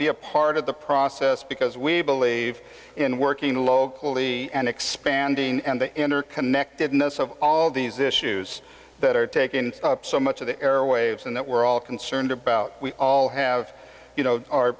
be a part of the process because we believe in working locally and expanding and the interconnectedness of all these issues that are taking up so much of the airwaves and that we're all concerned about we all have you know o